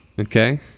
Okay